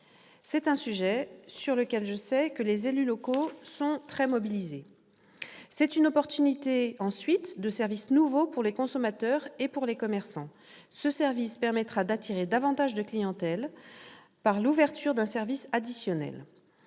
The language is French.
C'est un sujet sur lequel, je le sais, les élus locaux sont très mobilisés. C'est une opportunité de services nouveaux pour les consommateurs et pour les commerçants : ce service permettra d'attirer davantage de clientèle, par l'ouverture d'un service additionnel.